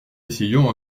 essayant